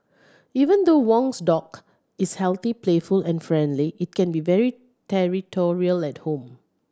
even though Wong's dog is healthy playful and friendly it can be very territorial at home